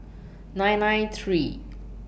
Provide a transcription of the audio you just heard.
nine nine three